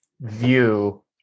view